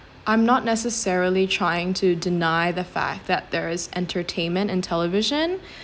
I'm not necessarily trying to deny the fact that there is entertainment in television